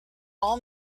all